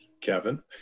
Kevin